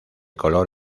color